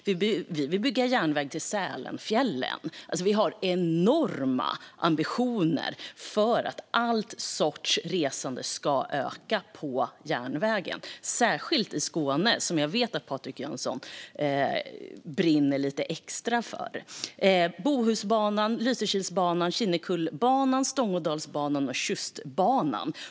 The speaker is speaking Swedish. Vi vill bygga järnväg till Sälenfjällen. Vi har enorma ambitioner för att all sorts resande ska öka på järnvägen - särskilt i Skåne, som jag vet att Patrik Jönsson brinner lite extra för. Vi har även med Bohusbanan, Lysekilsbanan, Kinnekullebanan, Stångådalsbanan och Tjustbanan.